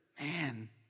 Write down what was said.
Man